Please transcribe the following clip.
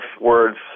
words